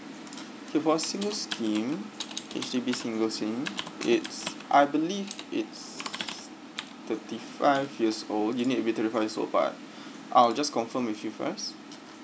okay for single scheme H_D_B single scheme it's I believe it's thirty five years old you need to be thirty five years old but I'll just confirm with you first